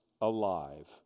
alive